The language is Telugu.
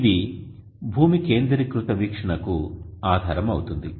ఇది భూమి కేంద్రీకృత వీక్షణకు ఆధారం అవుతుంది